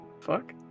Fuck